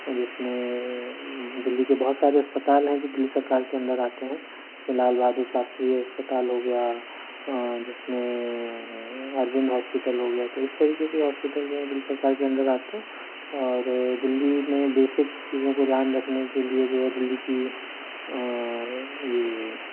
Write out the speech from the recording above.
जिसमें दिल्ली के बहुत सारे अस्पताल है जो दिल्ली सरकार के अन्डर आते है सो लाल बहादुर शास्त्री अस्पताल हो गया जिसमें अरविंद हॉस्पिटल हो गया तो इस तरीके के हॉस्पिटल जो है दिल्ली सरकार के अन्डर आते है और दिल्ली में बेसिक चीजों को ज़्यादा ध्यान रखने के लिए जो है दिल्ली की ये